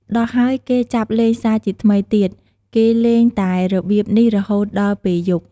ដោះហើយគេចាប់លេងសាជាថ្មីទៀត គេលេងតែរបៀបនេះរហូតដល់ពេលឈប់។